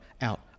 out